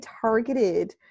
targeted